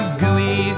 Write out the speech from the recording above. gooey